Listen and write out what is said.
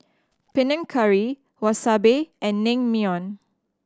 Panang Curry Wasabi and Naengmyeon